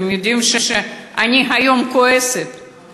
אתם יודעים שאני כועסת היום,